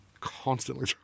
constantly